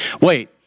Wait